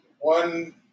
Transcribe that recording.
one